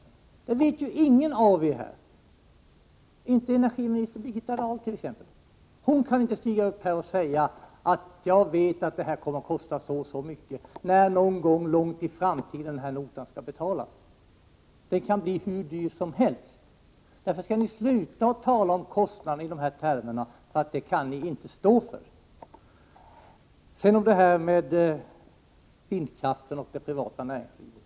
Om dem vet ju ingen av er här någonting, inte ens energiminister Birgitta Dahl. Hon kan inte stå upp och säga att hon vet att det kommer att kosta så och så mycket när notan någon gång långt i framtiden skall betalas. Det kan bli hur dyrt som helst. Därför skall ni sluta tala om kostnaderna i de här termerna, för det kan ni inte stå för. Sedan kommer jag till vindkraften och det privata näringslivet.